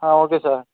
ah okay sir